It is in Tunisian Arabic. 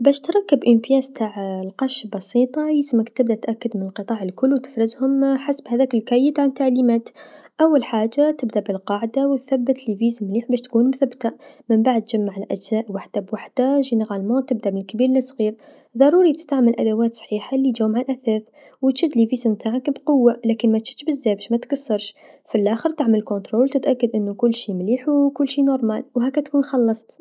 باش تركب قطعه نتع القش بسيطه يلزمك تبدا تأكد مع القطع الكل و تفرزهم حسب هذاك الكراس نتاع التعليمات، أول حاجه تبدا بالقاعدا و ثبت البراغي باش تكون مثبثه، منبعد جمع الأجزاء وحدا وحدا، في العموم تبدا من الكبير للصغير، ضروري تستعمل الأدوات صحيحه ليجو مع الأثاث، و تشد البراغي نتاوعك بقوه لكن متشدش بزاف باش متتكسرش، فلاخر تعمل بالفحص تتأكد من أنو كل شي مليح و كل شي نورمال و هكا تكون خلصت.